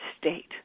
state